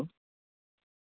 hello